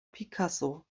picasso